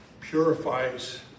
purifies